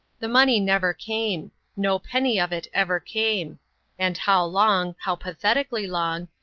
the money never came no penny of it ever came and how long, how pathetically long,